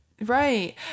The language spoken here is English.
Right